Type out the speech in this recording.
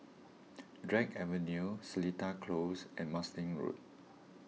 Drake Avenue Seletar Close and Marsiling Road